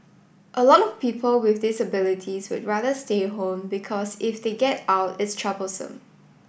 a lot of people with disabilities would rather stay home because if they get out it's troublesome